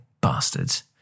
Bastards